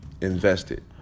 invested